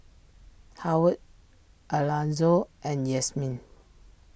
Howard Alanzo and Yasmine